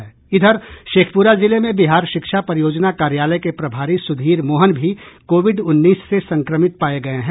शेखपुरा जिले में बिहार शिक्षा परियोजना कार्यालय के प्रभारी सुधीर मोहन भी कोविड उन्नीस से संक्रमित पाये गये हैं